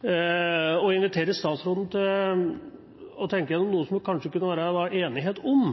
er å invitere statsråden til å tenke gjennom noe som det kanskje kunne være enighet om.